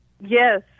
Yes